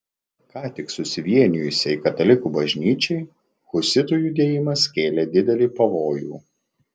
ką tik susivienijusiai katalikų bažnyčiai husitų judėjimas kėlė didelį pavojų